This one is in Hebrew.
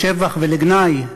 לשבח ולגנאי,